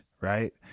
right